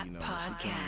podcast